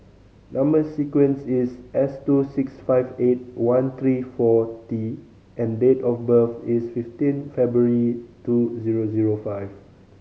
number sequence is S two six five eight one three four T and date of birth is fifteen February two zero zero five